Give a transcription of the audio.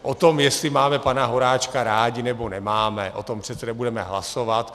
O tom, jestli máme pana Horáčka rádi, nebo nemáme, o tom přece nebudeme hlasovat.